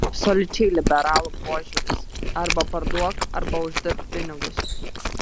absoliučiai liberalų požiūris arba parduok arba uždirbk pinigus